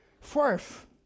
Fourth